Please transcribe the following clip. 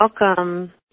welcome